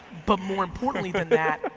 but more importantly than that,